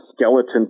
skeleton